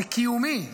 זה קיומי.